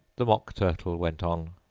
the mock turtle went on.